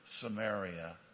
Samaria